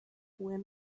win